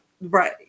Right